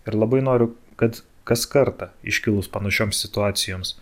ir labai noriu kad kas kartą iškilus panašioms situacijoms